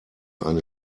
eine